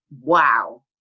wow